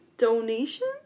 donation